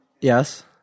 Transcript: Yes